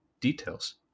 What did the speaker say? details